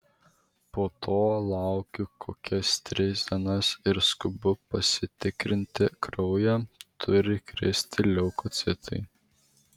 po to laukiu kokias tris dienas ir skubu pasitikrinti kraują turi kristi leukocitai